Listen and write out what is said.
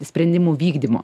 sprendimų vykdymo